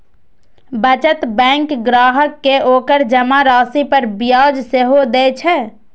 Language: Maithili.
बचत बैंक ग्राहक कें ओकर जमा राशि पर ब्याज सेहो दए छै